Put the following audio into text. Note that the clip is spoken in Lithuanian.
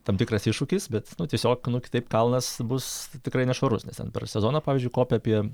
tam tikras iššūkis bet nu tiesiog nu kitaip kalnas bus tikrai nešvarus nes ten per sezoną pavyzdžiui kopia apie